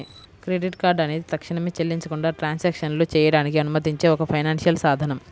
credit card అనేది తక్షణమే చెల్లించకుండా ట్రాన్సాక్షన్లు చేయడానికి అనుమతించే ఒక ఫైనాన్షియల్ సాధనం